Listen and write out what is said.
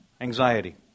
Anxiety